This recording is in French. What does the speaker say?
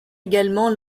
également